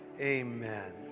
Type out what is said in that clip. Amen